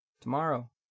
tomorrow